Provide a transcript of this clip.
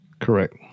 Correct